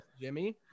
Jimmy